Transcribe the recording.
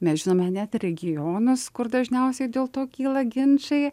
mes žinome net ir regionus kur dažniausiai dėl to kyla ginčai